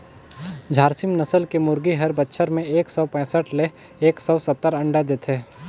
झारसीम नसल के मुरगी हर बच्छर में एक सौ पैसठ ले एक सौ सत्तर अंडा देथे